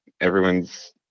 everyone's